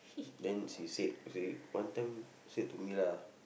then she said she one time said to me lah